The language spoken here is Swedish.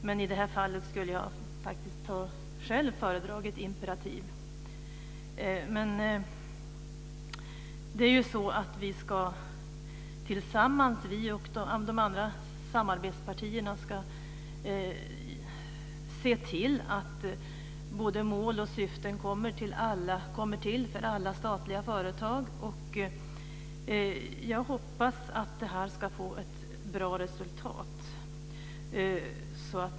Men i det här fallet skulle jag faktiskt själv föredra imperativ. Men vi och de andra samarbetspartierna ska ju tillsammans se till att både mål och syften kommer till för alla statliga företag. Jag hoppas att det här ska få ett bra resultat.